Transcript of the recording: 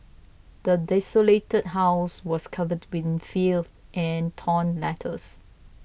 the desolated house was covered in filth and torn letters